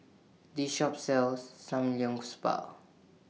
This Shop sells